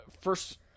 first